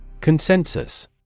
Consensus